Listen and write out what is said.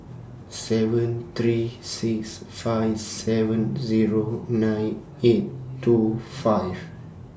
seven three six five seven Zero nine eight two five